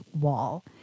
wall